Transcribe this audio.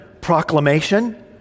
Proclamation